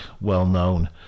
well-known